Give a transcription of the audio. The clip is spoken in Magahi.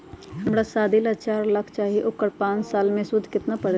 हमरा शादी ला चार लाख चाहि उकर पाँच साल मे सूद कितना परेला?